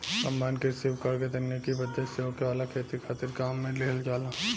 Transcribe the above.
combine कृषि उपकरण के तकनीकी पद्धति से होखे वाला खेती खातिर काम में लिहल जाला